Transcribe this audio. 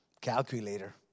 calculator